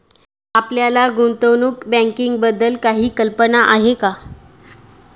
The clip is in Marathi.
आपल्याला गुंतवणूक बँकिंगबद्दल काही कल्पना आहे का?